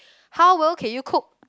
how well can you cook